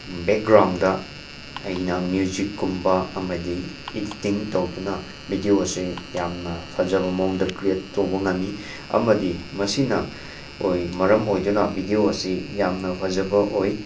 background ꯑꯩꯅ ꯃꯤꯌꯨꯖꯤꯛꯀꯨꯝꯕ ꯑꯃꯗꯤ ꯏꯗꯤꯠꯇꯤꯡ ꯇꯧꯗꯨꯅ ꯚꯤꯗꯤꯌꯣ ꯑꯁꯤ ꯌꯥꯝꯅ ꯐꯖꯕ ꯃꯑꯣꯡꯗ ꯀ꯭ꯔꯤꯌꯦꯠ ꯇꯧꯕ ꯉꯝꯃꯤ ꯑꯃꯗꯤ ꯃꯁꯤꯅ ꯑꯣꯏ ꯃꯔꯝ ꯑꯣꯏꯗꯨꯅ ꯚꯤꯗꯤꯌꯣ ꯑꯁꯤ ꯌꯥꯝꯅ ꯐꯖꯕ ꯑꯣꯏ